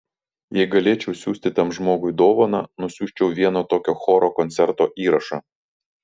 jei galėčiau siųsti tam žmogui dovaną nusiųsčiau vieno tokio choro koncerto įrašą